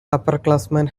upperclassmen